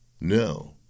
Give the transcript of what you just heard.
No